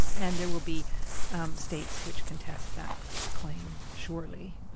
and there will be states which contest that claim shortly,